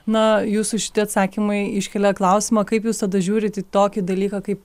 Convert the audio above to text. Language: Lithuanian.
na jūsų šitie atsakymai iškelia klausimą kaip jūs tada žiūrit į tokį dalyką kaip